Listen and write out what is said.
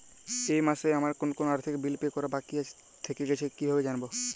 এই মাসে আমার কোন কোন আর্থিক বিল পে করা বাকী থেকে গেছে কীভাবে জানব?